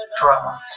drama